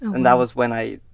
and that was when i